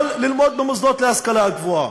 יכול ללמוד במוסדות להשכלה הגבוהה.